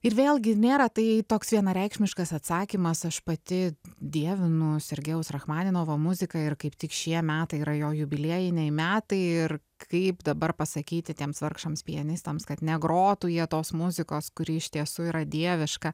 ir vėlgi nėra tai toks vienareikšmiškas atsakymas aš pati dievinu sergejaus rachmaninovo muziką ir kaip tik šie metai yra jo jubiliejiniai metai ir kaip dabar pasakyti tiems vargšams pianistams kad negrotų jie tos muzikos kuri iš tiesų yra dieviška